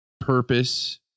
purpose